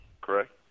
correct